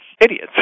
idiots